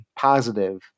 positive